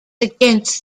against